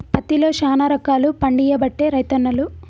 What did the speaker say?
పత్తిలో శానా రకాలు పండియబట్టే రైతన్నలు